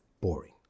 boring